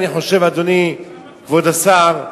אדוני כבוד השר,